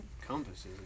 Compasses